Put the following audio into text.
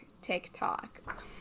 TikTok